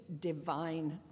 divine